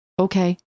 Okay